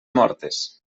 mortes